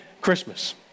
Christmas